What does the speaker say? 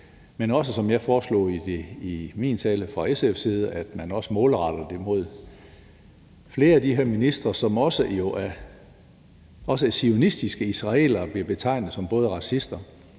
men også, som jeg foreslog i min tale fra SF's side, at man også målretter det mod flere af de her ministre, som jo også af zionistiske israelere bliver betegnet som både racister